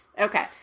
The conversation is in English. Okay